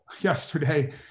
yesterday